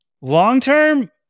Long-term